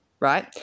right